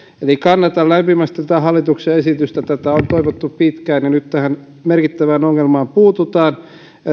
eli kannatan lämpimästi tätä hallituksen esitystä tätä on toivottu pitkään ja nyt tähän merkittävään ongelmaan puututaan